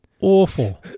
Awful